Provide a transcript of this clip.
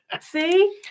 See